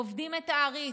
עובדים את העריץ.